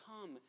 come